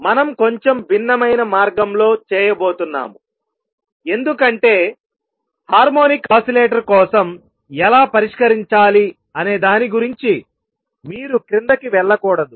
మనం కొంచెం భిన్నమైన మార్గంలో చేయబోతున్నాము ఎందుకంటే హార్మోనిక్ ఓసిలేటర్ కోసం ఎలా పరిష్కరించాలి అనే దాని గురించి మీరు క్రిందకి వెళ్ళకూడదు